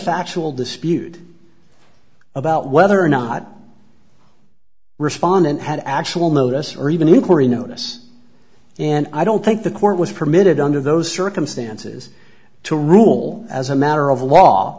factual dispute about whether or not respondent had actual notice or even an inquiry notice and i don't think the court was permitted under those circumstances to rule as a matter of law